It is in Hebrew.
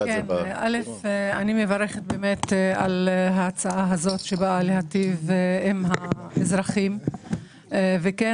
אני מברכת על ההצעה הזאת שבאה להיטיב עם האזרחים וכן